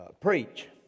preach